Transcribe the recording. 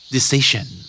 Decision